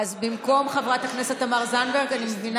במקום חברת הכנסת תמר זנדברג אני מבינה